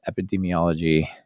epidemiology